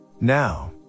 Now